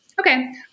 okay